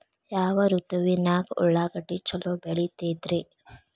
ಯಾವ ಋತುವಿನಾಗ ಉಳ್ಳಾಗಡ್ಡಿ ಛಲೋ ಬೆಳಿತೇತಿ ರೇ?